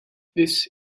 this